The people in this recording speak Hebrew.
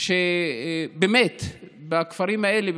בכפרים האלה,